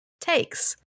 takes